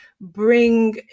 bring